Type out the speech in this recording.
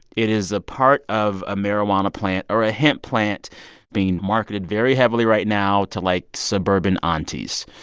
it is a part of a marijuana plant or a hemp plant being marketed very heavily right now to, like, suburban ah aunties.